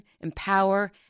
empower